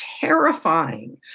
terrifying